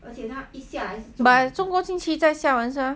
by 下个星期会下完是吗